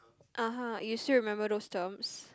(uh huh) you still remember those terms